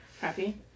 Happy